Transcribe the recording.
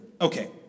Okay